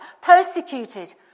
persecuted